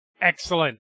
Excellent